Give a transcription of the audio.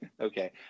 Okay